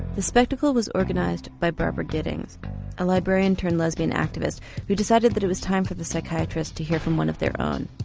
the spectacle was organised by barbara geddings a librarian turned lesbian activist who decided that it was time for the psychiatrists to hear from one of their own,